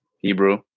Hebrew